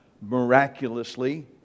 miraculously